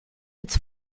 its